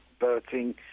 birthing